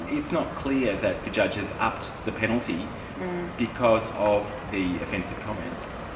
it's not clear that the judge has upped the penalty because of the offensive comments.